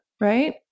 right